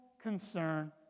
concern